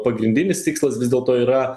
pagrindinis tikslas vis dėlto yra